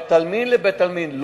בין בית-עלמין לבית-עלמין.